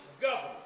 government